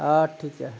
ᱦᱮᱸ ᱴᱷᱤᱠ ᱜᱮᱭᱟ